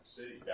city